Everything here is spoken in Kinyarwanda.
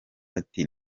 ati